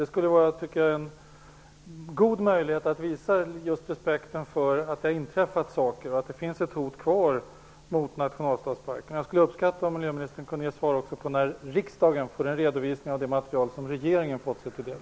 Det skulle vara en god möjlighet att visa respekt för att det har inträffat saker och att det fortfarande finns hot mot Nationalstadsparken. Jag skulle uppskatta om miljöministern kunde ge svar också på frågan om när riksdagen får en redovisning av det material som regeringen fått sig till del.